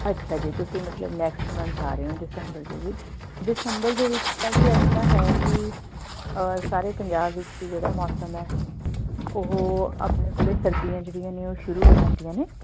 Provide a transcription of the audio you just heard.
ਅੱਛਾ ਜੀ ਤੁਸੀਂ ਮਤਲਬ ਨੈਕਸਟ ਮੰਨਥ ਆ ਰਹੇ ਹੋ ਦਸੰਬਰ ਦੇ ਵਿੱਚ ਦਸੰਬਰ ਦੇ ਵਿੱਚ ਅਜੇ ਇਸ ਤਰ੍ਹਾਂ ਹੈ ਕਿ ਸਾਰੇ ਪੰਜਾਬ ਵਿੱਚ ਜਿਹੜਾ ਮੌਸਮ ਹੈ ਉਹ ਆਪਣੇ ਕੋਲ ਸਰਦੀਆਂ ਜਿਹੜੀਆਂ ਨੇ ਉਹ ਸ਼ੁਰੂ ਹੋ ਜਾਂਦੀਆਂ ਨੇ